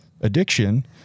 addiction